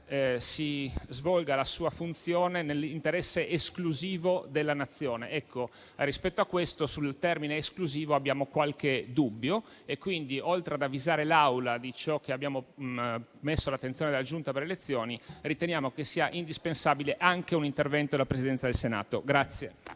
svolga la sua funzione nell'interesse esclusivo della Nazione. Rispetto a questo, sul termine esclusivo abbiamo qualche dubbio e quindi, oltre ad avvisare l'Assemblea di ciò che abbiamo posto all'attenzione della Giunta per le elezioni, riteniamo che sia indispensabile anche un intervento della Presidenza del Senato.